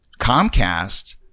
Comcast